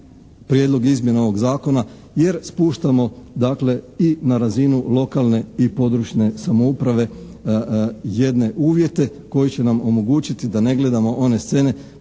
prijedlog izmjena ovog zakona jer spuštamo dakle i na razinu lokalne i područne samouprave jedne uvjete koji će nam omogućiti da ne gledamo one scene.